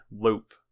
loop